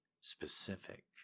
specific